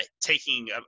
taking